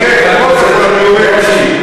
אדוני חבר הכנסת ברושי,